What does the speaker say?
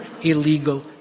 illegal